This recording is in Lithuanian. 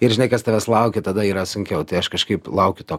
ir žinai kas tavęs laukia tada yra sunkiau tai aš kažkaip laukiu to